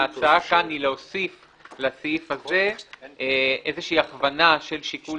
ההצעה כאן היא להוסיף לסעיף הזה איזושהי הכוונה של שיקול